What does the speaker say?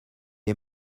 est